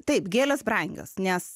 taip gėlės brangios nes